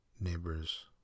neighbors